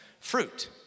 fruit